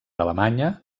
alemanya